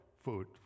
food